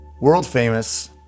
world-famous